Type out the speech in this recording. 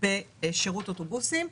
בשירות אוטובוסים.